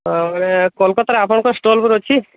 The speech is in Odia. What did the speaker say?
ହଁ ବୋଇଲେ କୋଲକାତାରେ ଆପଣଙ୍କ ଷ୍ଟଲ୍ ଗୋଟେ ଅଛି